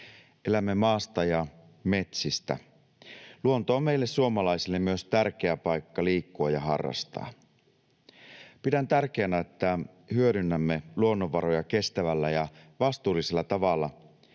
Elämme maasta ja metsistä. Luonto on meille suomalaisille myös tärkeä paikka liikkua ja harrastaa. Pidän tärkeänä, että hyödynnämme luonnonvaroja kestävällä ja vastuullisella tavalla